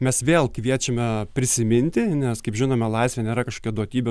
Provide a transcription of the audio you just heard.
mes vėl kviečiame prisiminti nes kaip žinome laisvė nėra kažkokia duotybė